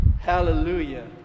Hallelujah